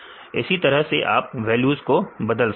इस तरह से आप वैल्यूज को बदल सकते हैं